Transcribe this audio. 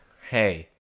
Hey